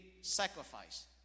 sacrifice